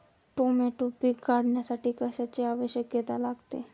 Tomato पीक काढण्यासाठी कशाची आवश्यकता लागते?